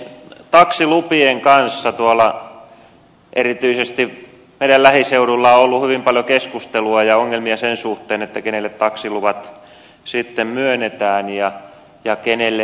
taksilupien kanssa erityisesti meidän lähiseudullamme on ollut hyvin paljon keskustelua ja ongelmia sen suhteen kenelle taksiluvat sitten myönnetään ja kenelle ei